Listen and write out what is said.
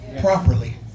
properly